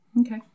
Okay